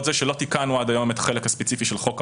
זה שלא תיקנו עד היום את החלק הספציפי של חוק העונשין,